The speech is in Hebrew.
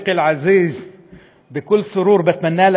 (אומר בערבית: חברי היקר,